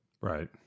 right